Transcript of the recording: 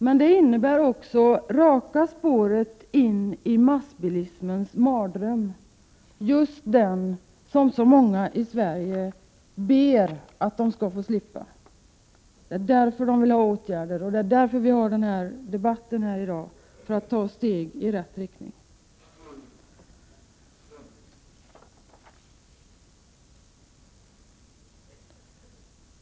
Men det innebär också raka spåret in i massbilismens mardröm; just den som så många i Sverige ber att få slippa. Därför vill de ha åtgärder, och därför har vi denna debatt här i riksdagen i dag, för att ta steg i rätt riktning.